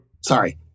sorry